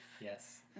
Yes